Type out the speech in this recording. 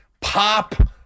pop